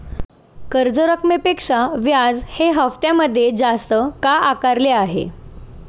कर्ज रकमेपेक्षा व्याज हे हप्त्यामध्ये जास्त का आकारले आहे?